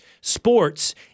Sports